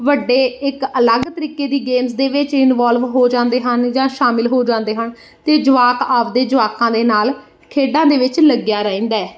ਵੱਡੇ ਇੱਕ ਅਲੱਗ ਤਰੀਕੇ ਦੀ ਗੇਮਸ ਦੇ ਵਿੱਚ ਇਨਵੋਲਵ ਹੋ ਜਾਂਦੇ ਹਨ ਜਾਂ ਸ਼ਾਮਿਲ ਹੋ ਜਾਂਦੇ ਹਨ ਅਤੇ ਜਵਾਕ ਆਪ ਦੇ ਜਵਾਕਾਂ ਦੇ ਨਾਲ ਖੇਡਾਂ ਦੇ ਵਿੱਚ ਲੱਗਿਆ ਰਹਿੰਦਾ